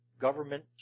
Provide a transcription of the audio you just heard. government